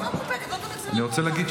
אני אומר,